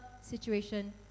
situation